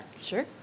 Sure